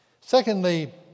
Secondly